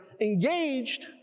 engaged